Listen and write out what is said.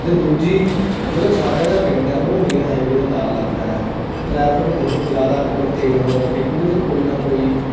ਅਤੇ ਦੂਜੀ ਜਦੋਂ ਸਾਡਾ ਜਿਹੜਾ ਪਿੰਡ ਹੈ ਉਹ ਮੇਨ ਹਾਈਵੇ ਦੇ ਨਾਲ ਲੱਗਦਾ ਹੈ ਟਰੈਫਿਕ ਬਹੁਤ ਜ਼ਿਆਦਾ ਕਰਕੇ ਤੇਜ਼ ਹੋਣ ਕਰਕੇ ਉਹਦੇ 'ਤੇ ਕੋਈ ਨਾ ਕੋਈ